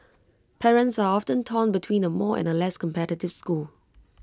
parents are often torn between A more and A less competitive school